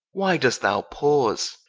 why dost thou pause?